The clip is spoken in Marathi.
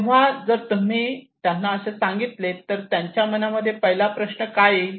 तेव्हा जर तुम्ही त्यांना असे सांगितले तर त्यांच्या मनामध्ये पहिला प्रश्न काय येईल